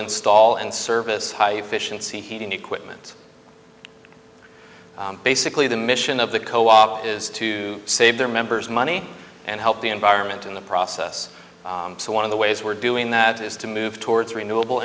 install and service high efficiency heating equipment basically the mission of the co op is to save their members money and help the environment in the process so one of the ways we're doing that is to move towards renewable